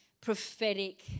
prophetic